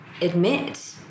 admit